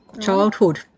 childhood